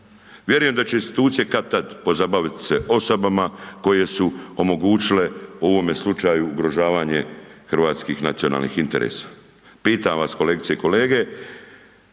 Vjerujem da će institucije kad-tad pozabaviti se osobama koje su omogućile u ovome slučaju ugrožavanje hrvatskih nacionalnih interesa. Pitam vas kolegice i kolege,